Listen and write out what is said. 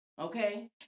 Okay